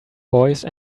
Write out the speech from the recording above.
voice